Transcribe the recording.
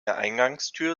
eingangstür